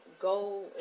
go